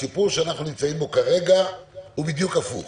הסיפור שאנחנו נמצאים בו כרגע הוא בדיוק הפוך.